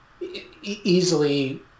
easily